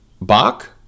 Bach